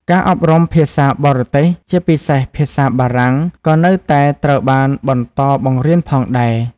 ការអប់រំភាសាបរទេស ជាពិសេសភាសាបារាំង ក៏នៅតែត្រូវបានបន្តបង្រៀនផងដែរ។